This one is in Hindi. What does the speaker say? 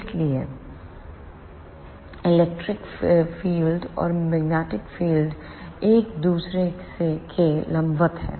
इसलिए इलेक्ट्रिक फील्ड और मैग्नेटिक फील्ड एक दूसरे के लंबवत हैं